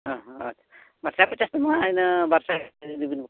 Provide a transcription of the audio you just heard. ᱚ ᱦᱚᱸ ᱟᱪᱪᱷᱟ ᱥᱚᱭ ᱯᱚᱪᱟᱥ ᱛᱮᱢᱟ ᱤᱱᱟᱹ ᱵᱟᱨ ᱥᱟᱭ ᱤᱫᱤᱵᱮᱱ ᱵᱟᱠᱷᱟᱱ